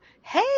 hey